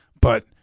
But-